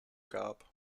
gab